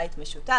בבית משותף).